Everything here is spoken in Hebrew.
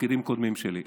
בתפקידים קודמים שלי.